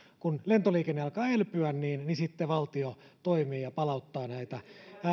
kun lentoliikenne alkaa elpyä valtio toimii ja palauttaa näitä